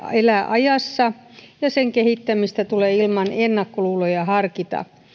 elää ajassa ja sen kehittämistä tulee ilman ennakkoluuloja harkita